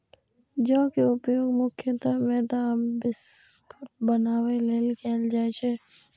जौ के उपयोग मुख्यतः मैदा आ बिस्कुट बनाबै लेल कैल जाइ छै